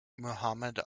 muhammad